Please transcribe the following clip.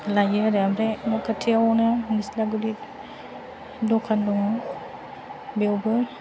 लायो आरो ओमफ्राय न' खाथियावनो निज्लागुरि दखान दङ बेयावबो